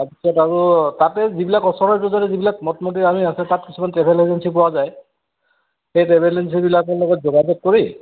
তাৰপিছত আৰু তাতে যিবিলাক ওচৰে পাঁজৰে যিবিলাক মঠ মন্দিৰ আমি আছে তাত কিছুমান ট্ৰেভেল এজেঞ্চি পোৱা যায় সেই ট্ৰেভেল এজেঞ্চিবিলাকৰ লগত যোগাযোগ কৰি